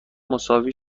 مساوی